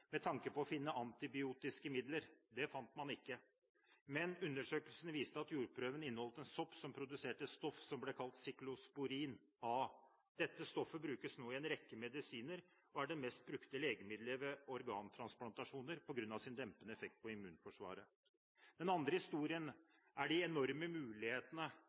med tanke på å finne antibiotiske midler. Det fant man ikke. Men undersøkelsen viste at jordprøven inneholdt en sopp som produserte et stoff som ble kalt ciklosporin A. Dette stoffet brukes nå i en rekke medisiner og er det mest brukte legemidlet ved organtransplantasjoner på grunn av sin dempende effekt på immunforsvaret. Den andre historien er de enorme mulighetene